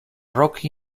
rock